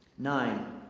nine,